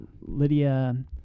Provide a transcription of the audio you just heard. Lydia